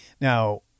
now